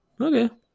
okay